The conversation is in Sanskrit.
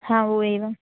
हा ओ एवं